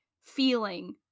feeling